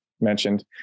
mentioned